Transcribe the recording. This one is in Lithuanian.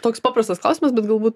toks paprastas klausimas bet galbūt